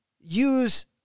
use